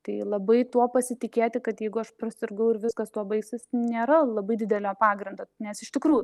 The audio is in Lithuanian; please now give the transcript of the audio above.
tai labai tuo pasitikėti kad jeigu aš prasirgau ir viskas tuo baigsis nėra labai didelio pagrindo nes iš tikrųjų